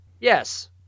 Yes